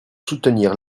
soutenir